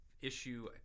issue